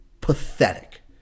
Pathetic